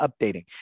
updating